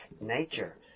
nature